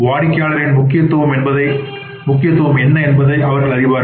வாடிக்கையாளரின் முக்கியத்துவம் என்ன என்பதை அவர்கள் அறிவார்கள்